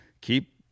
keep